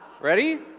Ready